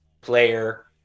player